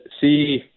see